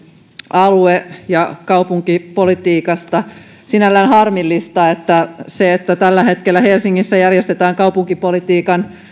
alue ja kaupunkipolitiikasta on sinällään harmillista että se että tällä hetkellä helsingissä järjestetään kaupunkipolitiikan